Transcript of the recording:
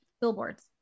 Billboards